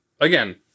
Again